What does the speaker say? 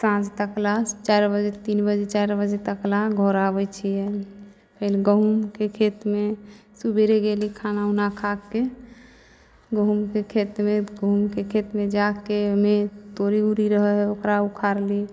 साँझ तकला चारि बजे तीन बजे चारि बजे तक लए घर आबै छियै फेर गहूॅंमके खेतमे सबेरे गेली खाना उना खाके गहूॅंमके खेतमे गहूॅंमके खेतमे जाके ओहिमे तोरी उरी रहए हइ ओकरा उखाड़ली